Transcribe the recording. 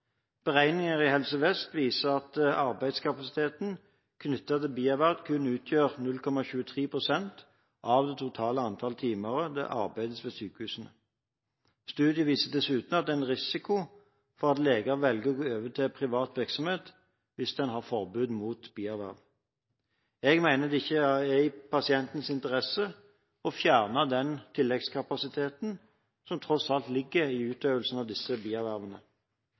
Beregninger i Helse Vest viser at arbeidskapasiteten knyttet til bierverv kun utgjør 0,23 pst. av det totale antall timer det arbeides ved sykehusene. Studien viser dessuten at det er en risiko for at leger velger å gå over til privat virksomhet, hvis en har forbud mot bierverv. Jeg mener det ikke er i pasientens interesse å fjerne den tilleggskapasiteten som tross alt ligger i utøvelsen av disse